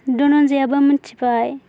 धनन्जयाबो मिथिबाय